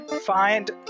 find